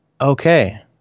Okay